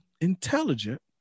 intelligent